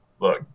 Look